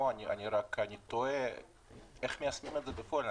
עדיין תוהה איך מיישמים את זה בפועל.